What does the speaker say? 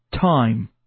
time